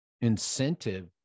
incentive